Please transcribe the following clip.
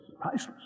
Priceless